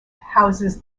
houses